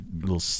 little